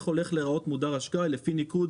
איך הולך להיראות מודר אשראי לפי ניקוד